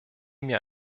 mir